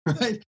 Right